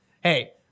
Hey